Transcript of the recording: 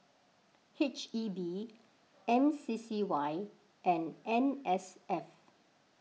H E B M C C Y and N S F